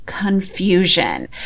confusion